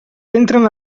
entren